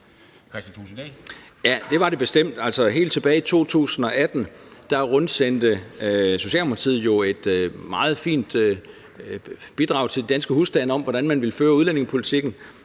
Ja, det var det bestemt. Altså, helt tilbage i 2018 rundsendte Socialdemokratiet jo et meget fint materiale til de danske husstande om, hvordan man ville føre udlændingepolitikken,